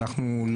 אנחנו,